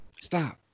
Stop